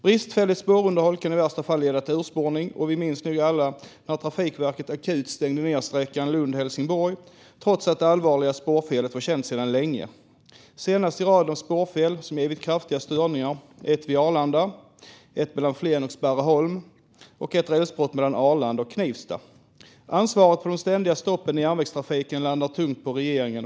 Bristfälligt spårunderhåll kan i värsta fall leda till urspårning. Vi minns nog alla när Trafikverket stängde ned sträckan Lund-Helsingborg akut trots att det allvarliga spårfelet var känt sedan länge. De senaste i raden av spårfel som givit kraftiga störningar är ett vid Arlanda och ett mellan Flen och Sparreholm samt ett rälsbrott mellan Arlanda och Knivsta. Ansvaret för de ständiga stoppen i järnvägstrafiken landar tungt på regeringen.